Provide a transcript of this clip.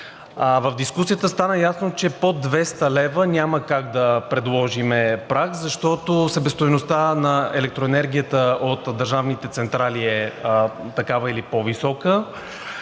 В дискусията стана ясно, че под 200 лв. няма как да предложим праг, защото себестойността на електроенергията от държавните централи е такава или по-висока.